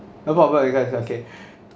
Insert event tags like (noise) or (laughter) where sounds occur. about what you guys okay (breath)